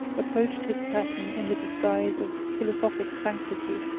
approached his person in the disguise of philosophic sanctity,